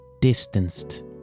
distanced